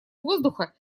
воздуха